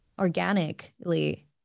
organically